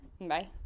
bye